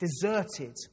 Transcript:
deserted